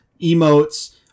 emotes